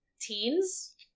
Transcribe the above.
teens